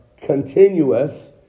continuous